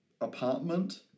apartment